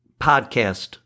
podcast